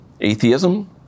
atheism